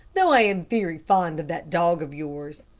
though i am very fond of that dog of yours.